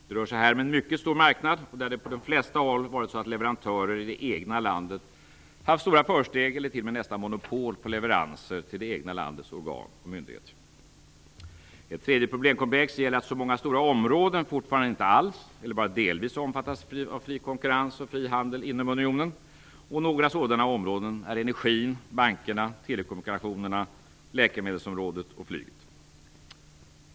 Det rör sig här om en mycket stor marknad där det på de flesta håll varit så att leverantörer i det egna landet haft stora försteg eller t.o.m. nästan monopol på leveranser till det egna landets organ och myndigheter. Ett tredje problemkomplex gäller att så många stora områden fortfarande inte alls eller bara delvis omfattas av fri konkurrens och fri handel inom unionen. Några sådana områden är energin, bankerna, telekommunikationerna, läkemedelsområdet och flyget.